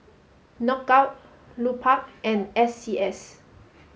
Knockout Lupark and S C S